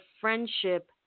friendship